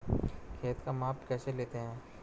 खेत का माप कैसे लेते हैं?